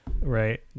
Right